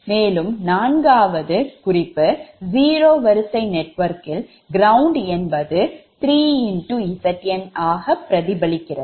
மேலும் நான்காவது குறிப்பு ஜீரோ வரிசை நெட்வொர்க்கில் கிரவுண்ட் என்பது 3Zn ஆக பிரதிபலிக்கிறது